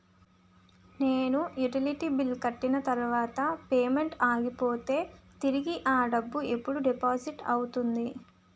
నేను utility bill కట్టిన తర్వాత పేమెంట్ ఆగిపోతే తిరిగి అ డబ్బు ఎప్పుడు డిపాజిట్ అవుతుంది?